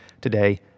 Today